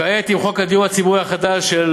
כעת, עם חוק הדיור הציבורי החדש של